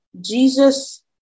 Jesus